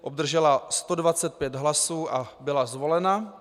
Obdržela 125 hlasů a byla zvolena.